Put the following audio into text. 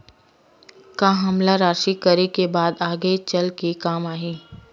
का हमला राशि करे के बाद आगे चल के काम आही?